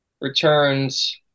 returns